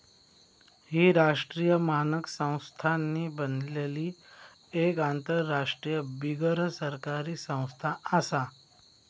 ही राष्ट्रीय मानक संस्थांनी बनलली एक आंतरराष्ट्रीय बिगरसरकारी संस्था आसा